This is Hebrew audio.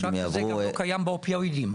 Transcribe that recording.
הממשק הזה לא קיים גם באופיואידים.